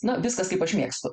na viskas kaip aš mėgstu